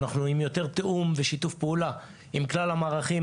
אנחנו רואים יותר תיאום ושיתוף פעולה עם כלל המערכים.